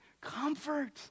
comfort